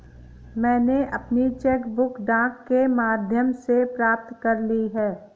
मैनें अपनी cheque book डाक के माध्यम से प्राप्त कर ली है